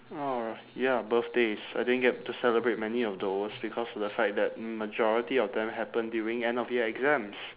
oh ya birthdays I didn't get to celebrate many of those because of the fact that majority of them happened during end of year exams